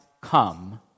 come